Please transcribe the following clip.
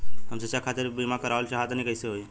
हम शिक्षा खातिर बीमा करावल चाहऽ तनि कइसे होई?